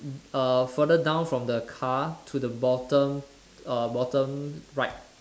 err further down from the car to the bottom err bottom right